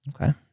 Okay